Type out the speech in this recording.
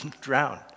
drown